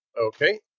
Okay